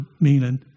meaning